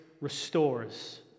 restores